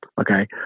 okay